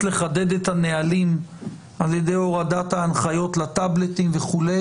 לחדד את הנהלים על ידי הורדת ההנחיות לטבלטים וכו'.